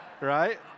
Right